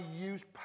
use